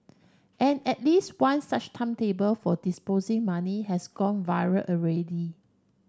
and at least one such timetable for depositing money has gone viral already